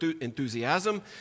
enthusiasm